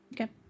Okay